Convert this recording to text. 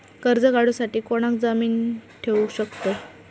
कर्ज काढूसाठी कोणाक जामीन ठेवू शकतव?